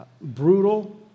brutal